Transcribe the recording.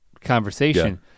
conversation